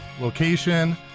location